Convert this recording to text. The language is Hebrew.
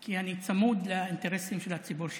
כי אני צמוד לאינטרסים של הציבור שלי.